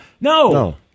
No